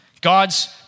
God's